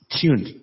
tuned